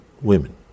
Women